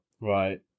right